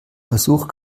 versuch